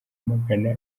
magana